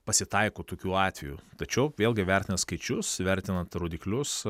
pasitaiko tokių atvejų tačiau vėlgi vertinant skaičius vertinant rodiklius